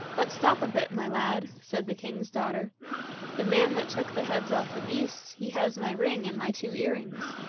but stop a bit, my lad, said the king's daughter the man that took the heads off the beast, he has my ring and my two earrings.